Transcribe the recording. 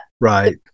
Right